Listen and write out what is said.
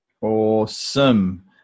Awesome